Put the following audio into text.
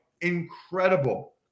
incredible